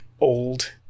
old